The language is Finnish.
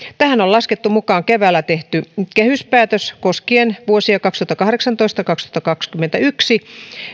tähän on laskettu mukaan keväällä tehty kehyspäätös koskien vuosia kaksituhattakahdeksantoista viiva kaksituhattakaksikymmentäyksi